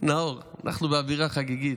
נאור, אנחנו באווירה חגיגית,